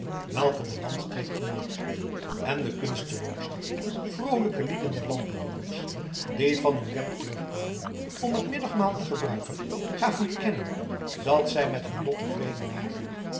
welke de landstreek genoot en de kunstelooze vroolijke liederen der landbewoners die van hun werk terugkwamen om het middagmaal te gebruiken gaven te kennen dat zij met hun lot tevreden waren